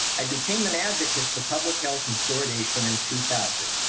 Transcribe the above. i became an advocate for public health and fluoridation in two thousand.